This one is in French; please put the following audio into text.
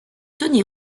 tony